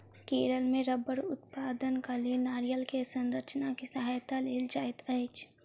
केरल मे रबड़ उत्पादनक लेल नारियल के संरचना के सहायता लेल जाइत अछि